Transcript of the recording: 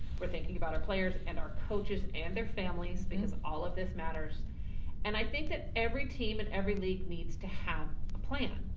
we're thinking about our players and our coaches and their families because all of this matters and i think that every team in every league needs to have a plan.